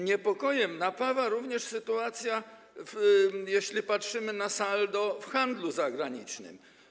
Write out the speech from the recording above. Niepokojem napawa również obecna sytuacja, jeśli popatrzymy na saldo w handlu zagranicznym.